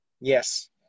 yes